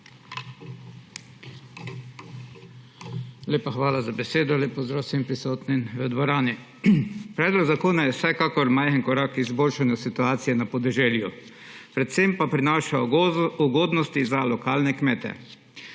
hvala za besedo. Lep pozdrav vsem prisotnim v dvorani! Predlog zakona je vsekakor majhen korak k izboljšanju situacije na podeželju, predvsem pa prinaša ugodnosti za lokalne kmete,